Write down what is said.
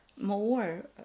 more